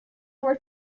were